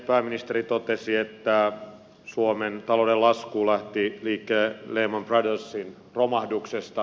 pääministeri totesi että suomen talouden lasku lähti liikkeelle lehman brothersin romahduksesta